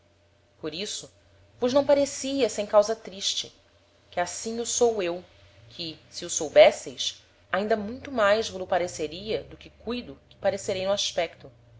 por isso vos não parecia sem causa triste que assim o sou eu que se o soubesseis ainda muito mais vo lo pareceria do que cuido que parecerei no aspecto